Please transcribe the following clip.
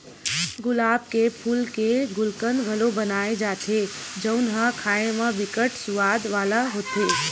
गुलाब के फूल के गुलकंद घलो बनाए जाथे जउन ह खाए म बिकट सुवाद वाला होथे